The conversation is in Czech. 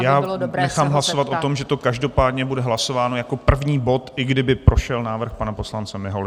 Já nechám hlasovat o tom, že to každopádně bude hlasováno jako první bod, i kdyby prošel návrh pana poslance Miholy.